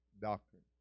doctrine